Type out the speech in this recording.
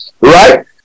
right